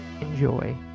enjoy